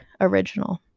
original